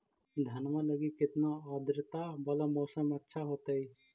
धनमा लगी केतना आद्रता वाला मौसम अच्छा होतई?